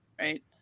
right